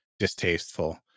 distasteful